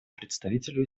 представителю